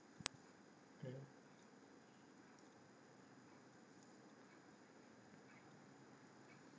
mm